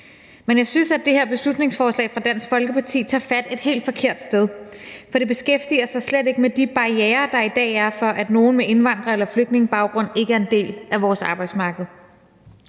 men jeg synes, at det her beslutningsforslag fra Dansk Folkeparti tager fat et helt forkert sted, for det beskæftiger sig slet ikke med de barrierer, der er i dag for, at nogle med indvandrer- eller flygtningebaggrund ikke er en del af vores arbejdsmarked.